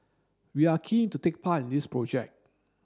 we are keen to take part in this project